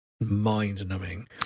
mind-numbing